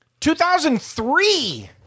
2003